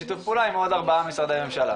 בשיתוף פעולה עם עוד 4 משרדי ממשלה.